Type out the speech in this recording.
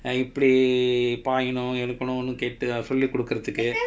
இப்படி பண்ணனும் இருக்கனும் கேட்டு சொல்லி கொடுக்குறதுக்கு:ippadi pannanum irukkanum kaettu solli kodukkurathukku